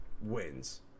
wins